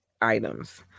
items